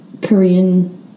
Korean